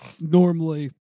normally